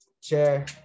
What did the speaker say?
Chair